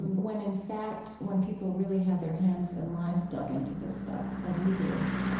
when, in fact, when people really have their hands and lives dug into this stuff, as you do,